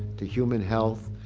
to human health,